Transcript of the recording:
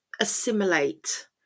assimilate